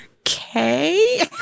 okay